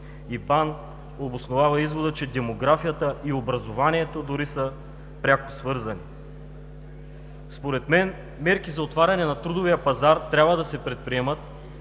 обосновава извода, че демографията и образованието дори са пряко свързани. Според мен мерки за отваряне на трудовия пазар трябва да се предприемат,